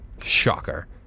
shocker